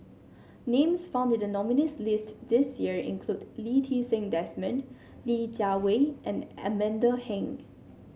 names found in the nominees' list this year include Lee Ti Seng Desmond Li Jiawei and Amanda Heng